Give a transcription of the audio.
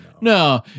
no